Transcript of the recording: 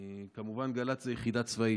כמובן גל"צ זו יחידה צבאית.